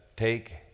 Take